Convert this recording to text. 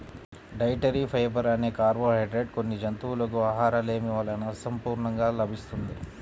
dietary fibre అనే carbohydrate కొన్ని జంతువులకు ఆహారలేమి వలన అసంపూర్ణంగా లభిస్తున్నది